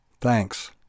thanks